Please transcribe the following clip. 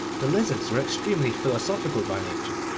the lizards were extremely philosophical by nature,